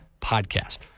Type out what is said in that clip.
Podcast